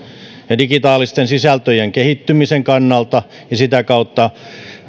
ja digitaalisten sisältöjen kehittymisen kannalta ja sitä kautta